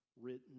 written